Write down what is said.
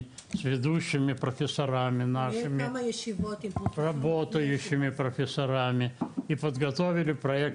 אבינח) היו כמה ישיבות עם פרופסור --- עשינו פרויקט,